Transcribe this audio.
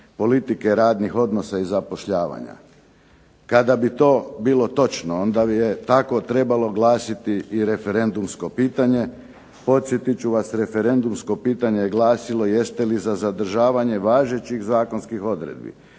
politike radnih odnosa i zapošljavanja. Kada bi to bilo točno, onda je tako trebalo glasiti i referendumsko pitanje. Podsjetit ću vas referendumsko pitanje je glasilo, jeste li za zadržavanje važećih zakonskih odredbi